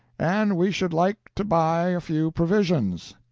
and we should like to buy a few provisions.